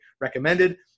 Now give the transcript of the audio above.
recommended